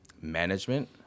management